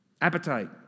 Appetite